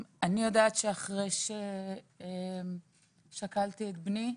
אחרי ששכלתי את בני,